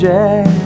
Jack